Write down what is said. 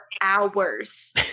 hours